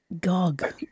Gog